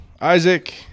Isaac